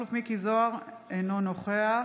מכלוף מיקי זוהר, אינו נוכח